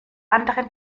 anderen